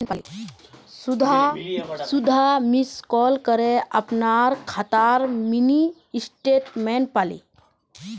सुधा miss call करे अपनार खातार मिनी स्टेटमेंट पाले